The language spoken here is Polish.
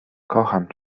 kocham